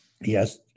Yes